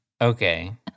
Okay